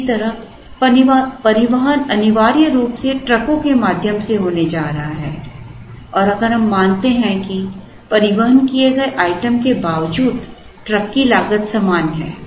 इसी तरह परिवहन अनिवार्य रूप से ट्रकों के माध्यम से होने जा रहा है और अगर हम मानते हैं कि परिवहन किए गए आइटम के बावजूद ट्रक की लागत समान है